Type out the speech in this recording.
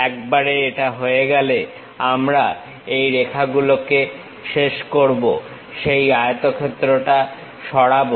একবারে এটা হয়ে গেলে আমরা এই রেখাগুলোকে শেষ করব সেই আয়তক্ষেত্রটা সরাবো